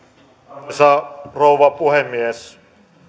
arvoisa rouva puhemies